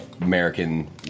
American